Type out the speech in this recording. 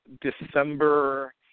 December